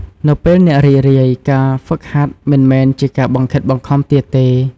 នៅពេលអ្នករីករាយ ការហ្វឹកហាត់មិនមែនជាការបង្ខិតបង្ខំទៀតទេ។